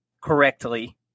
correctly